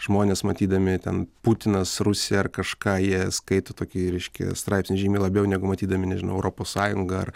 žmonės matydami ten putinas rusija ar kažką jie skaito tokį reiškia straipsnį žymiai labiau negu matydami nežinau europos sąjungą ar